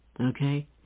okay